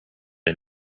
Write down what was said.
and